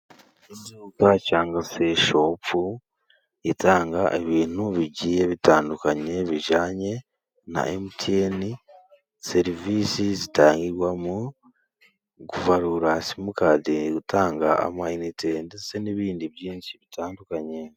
Iduka cyangwa se shopu itanga ibintu bigiye bitandukanye bijyanye na Mtn, serivisi zitangirwamo kubarura simukadi, gutanga ama inite, ndetse n'ibindi byinshi bitandukanye.